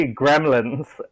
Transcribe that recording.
gremlins